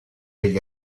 degli